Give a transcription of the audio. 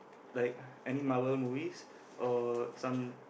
like any Marvel movies or some